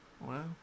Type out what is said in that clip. Wow